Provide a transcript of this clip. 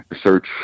search